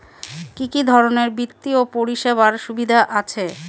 কি কি ধরনের বিত্তীয় পরিষেবার সুবিধা আছে?